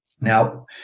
now